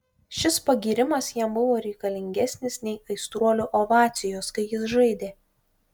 šis pagyrimas jam buvo reikalingesnis nei aistruolių ovacijos kai jis žaidė